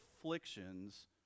afflictions